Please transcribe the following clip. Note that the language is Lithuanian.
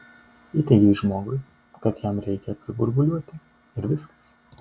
įteigei žmogui kad jam reikia priburbuliuoti ir viskas